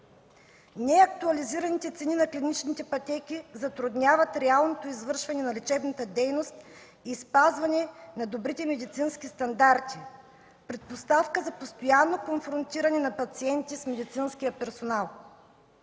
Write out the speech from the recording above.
Неактуализираните цени на клиничните пътеки затрудняват реалното извършване на лечебната дейност и спазване на добрите медицински стандарти – предпоставка за постоянно конфронтиране на пациенти с медицинския персонал.